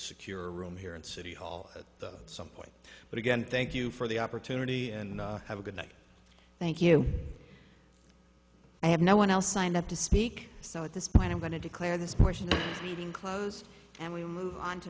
secure a room here at city hall at some point but again thank you for the opportunity and have a good night thank you i have no one else signed up to speak so at this point i'm going to declare this point even close and we move on to